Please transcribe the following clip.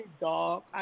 dog